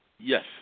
Yes